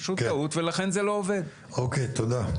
תודה.